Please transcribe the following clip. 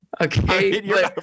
Okay